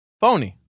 Phony